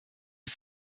die